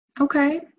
Okay